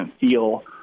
feel